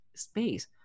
Space